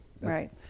Right